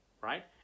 right